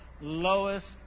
lowest